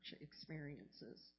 experiences